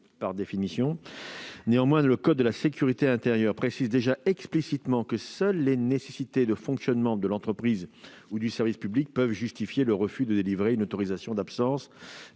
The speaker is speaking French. des difficultés. Néanmoins, le code de la sécurité intérieure précise déjà explicitement que seules les « nécessités de fonctionnement de l'entreprise ou du service public » peuvent justifier le refus de délivrer une autorisation d'absence.